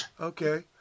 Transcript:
okay